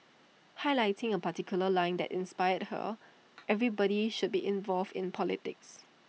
highlighting A particular line that inspired her everybody should be involved in politics